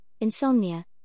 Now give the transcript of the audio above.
insomnia